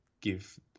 give